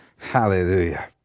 Hallelujah